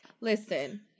Listen